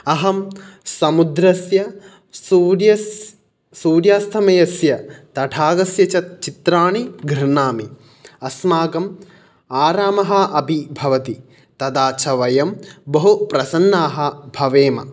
अहं समुद्रस्य सूड्यस् सूर्यास्तमयस्य तडाकस्य च चित्राणि घृह्णामि अस्माकम् आरामः अपि भवति तदा च वयं बहु प्रसन्नाः भवेम